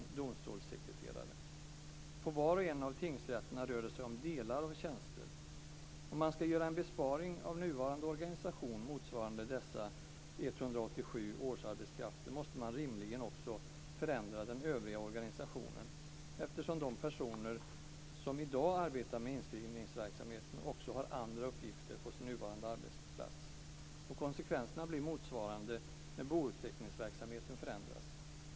domstolssekreterare. Vid var och en av tingsrätterna rör det sig om delar av tjänster. Om man när det gäller nuvarande organisation ska göra en besparing motsvarande de 187 årsarbetskrafterna måste man rimligen också förändra den övriga organisationen eftersom de personer som i dag arbetar med inskrivningsverksamheten också har andra uppgifter på sin nuvarande arbetsplats. Konsekvenserna blir motsvarande när bouppteckningsverksamheten förändras.